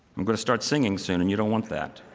i'm going to start singing soon and you don't want that.